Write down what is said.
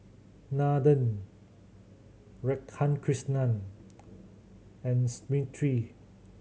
Nathan Radhakrishnan and Smriti